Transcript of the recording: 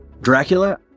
Dracula